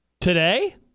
Today